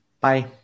Bye